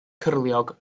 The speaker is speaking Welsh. cyrliog